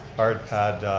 hard pad,